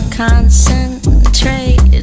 concentrate